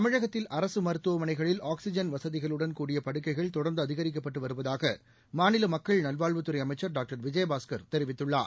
தமிழகத்தில் அரசுமருத்துவமனைகளில் ஆக்ஸிஜன் வசதிகளுடன் கூடிய படுக்கைகள் தொடர்ந்துஅதிகரிக்கப்பட்டுவருவதாகமாநிலமக்கள் நல்வாழ்வுத்துறைஅமைச்சர் தெரிவித்துள்ளார்